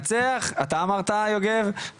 מנצח, זה אתה אמרת יוגב.